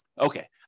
Okay